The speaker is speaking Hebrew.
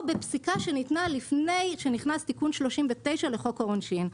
או בפסיקה שניתנה לפני שנכנס תיקון 39 לחוק העונשין.